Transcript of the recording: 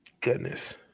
Goodness